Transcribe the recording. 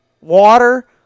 water